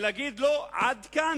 ויגיד לו: עד כאן,